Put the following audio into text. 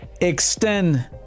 Extend